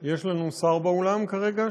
יש לנו שר באולם כרגע,